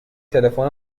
تلفن